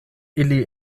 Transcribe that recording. ili